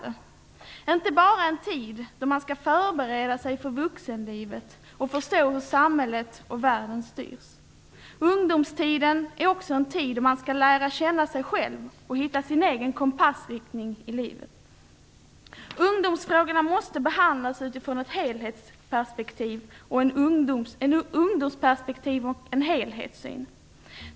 Det är inte bara en tid då man skall förbereda sig inför vuxenlivet och förstå hur samhället och världen styrs. Ungdomstiden är också en tid då man skall lära känna sig själv och hitta sin egen kompassriktning i livet. Ungdomsfrågorna måste behandlas utifrån ett ungdomsperspektiv och bygga på en helhetssyn.